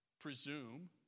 presume